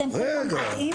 אתם כל הזמן קוטעים.